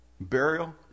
burial